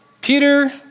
Peter